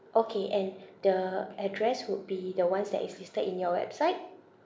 okay and the address would be the ones that is listed in your website